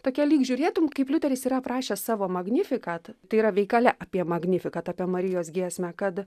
tokia lyg žiūrėtum kaip liuteris yra aprašęs savo magnifikat tai yra veikale apie magnifikat apie marijos giesmę kad